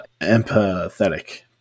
empathetic